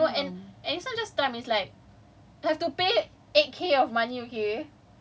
kalau one kalau one year then I won't lah like no and and it's not just them it's like